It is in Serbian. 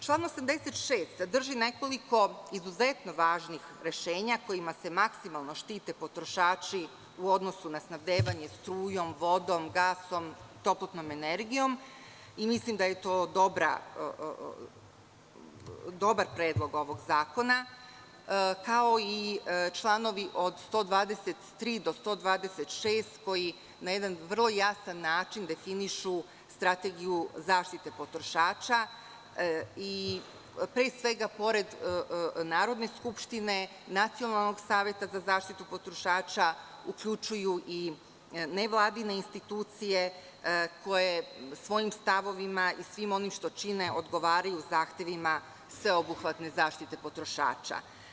Član 86. sadrži nekoliko izuzetno važnih rešenja kojima se maksimalno štite potrošači u odnosu na snabdevanje strujom, vodom, gasom, toplotnom energijom i mislim da je to dobro, kao i članovi od 123. do 126, koji na jedan vrlo jasan način definišu strategiju zaštite potrošača, jer, pre svega, pored Narodne skupštine, Nacionalnog saveta za zaštitu potrošača, uključuju i nevladine institucije koje svojim stavovima i svim onim što čine odgovaraju zahtevima sveobuhvatne zaštite potrošača.